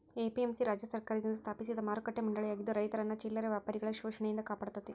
APMC ರಾಜ್ಯ ಸರ್ಕಾರದಿಂದ ಸ್ಥಾಪಿಸಿದ ಮಾರುಕಟ್ಟೆ ಮಂಡಳಿಯಾಗಿದ್ದು ರೈತರನ್ನ ಚಿಲ್ಲರೆ ವ್ಯಾಪಾರಿಗಳ ಶೋಷಣೆಯಿಂದ ಕಾಪಾಡತೇತಿ